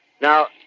Now